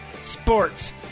sports